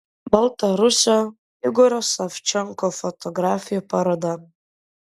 baltarusio igorio savčenko fotografijų paroda